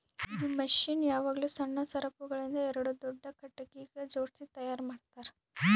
ಇದು ಮಷೀನ್ ಯಾವಾಗ್ಲೂ ಸಣ್ಣ ಸರಪುಳಿಗ್ ಎರಡು ದೊಡ್ಡ ಖಟಗಿಗ್ ಜೋಡ್ಸಿ ತೈಯಾರ್ ಮಾಡ್ತರ್